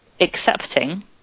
accepting